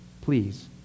Please